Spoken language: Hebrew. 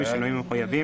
בשינויים המחויבים,